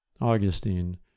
Augustine